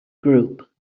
group